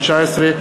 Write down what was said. התשע"ג 2013,